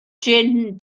jin